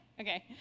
Okay